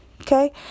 Okay